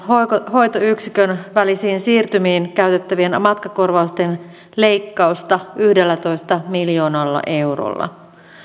hoitoyksikön välisiin siirtymiin käytettävien matkakorvausten leikkausta yhdellätoista miljoonalla eurolla